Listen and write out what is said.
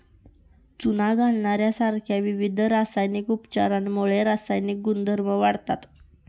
चुना घालण्यासारख्या विविध रासायनिक उपचारांमुळे रासायनिक गुणधर्म वाढतात